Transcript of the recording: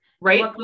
Right